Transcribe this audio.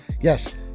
Yes